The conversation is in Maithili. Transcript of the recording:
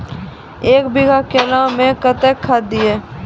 एक बीघा केला मैं कत्तेक खाद दिये?